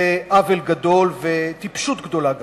זה עוול גדול, וטיפשות גדולה גם.